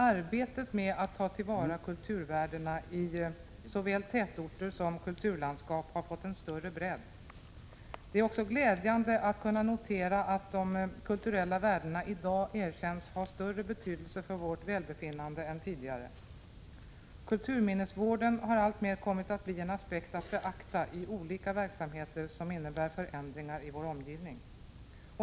Arbetet med att ta till vara kulturvärdena i såväl tätorter som kulturlandskap har fått en större bredd. Det är också glädjande att kunna notera att de kulturella värdena i dag erkänns ha större betydelse för vårt välbefinnande än tidigare. Kulturminnesvården har alltmer kommit att bli en aspekt att beakta i olika verksamheter som innebär förändringar i vår omgivning.